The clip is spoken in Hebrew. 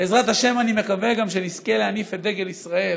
בעזרת השם, אני מקווה שנזכה גם להניף את דגל ישראל